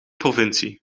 provincie